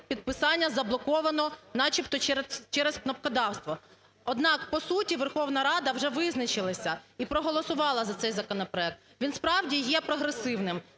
підписання заблоковано, начебто, через "кнопкодавство". Однак по суті Верховна Рада вже визначилася і проголосувала за цей законопроект. Він справді є прогресивним,